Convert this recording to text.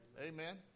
Amen